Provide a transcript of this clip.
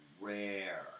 rare